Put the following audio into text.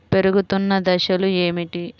పెరుగుతున్న దశలు ఏమిటి?